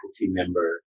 member